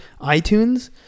iTunes